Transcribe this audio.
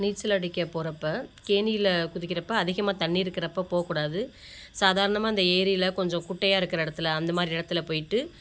நீச்சல் அடிக்கப் போறப்போ கேணியில் குதிக்கிறப்போ அதிகமாக தண்ணி இருக்கிறப்ப போகக்கூடாது சாதாரணமாக அந்த ஏரியில் கொஞ்சம் குட்டையாக இருக்கிற இடத்துல அந்த மாதிரி இடத்துல போயிட்டு